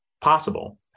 possible